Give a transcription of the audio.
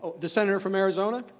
the senator from arizona.